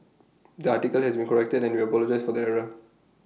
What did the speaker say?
the article has been corrected and we apologise for the error